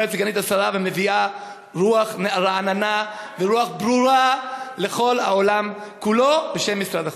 ומביאה רוח רעננה ורוח ברורה לכל העולם כולו בשם משרד החוץ,